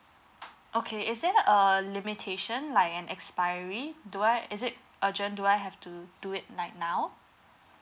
okay is there a limitation like an expiry do I is it urgent do I have to do it like now